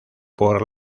por